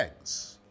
eggs